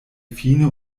fine